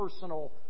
personal